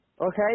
okay